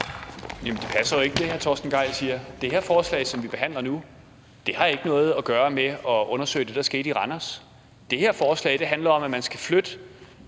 Jamen det passer jo ikke, det, hr. Torsten Gejl siger. Det forslag her, som vi behandler nu, har ikke noget at gøre med at undersøge det, der skete i Randers. Det her forslag handler om, at man skal flytte